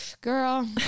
Girl